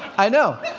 i know!